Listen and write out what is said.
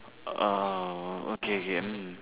orh okay K mm